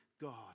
God